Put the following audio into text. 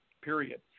period